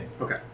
Okay